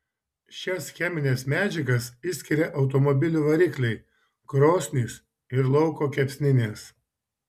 šias chemines medžiagas išskiria automobilių varikliai krosnys ir lauko kepsninės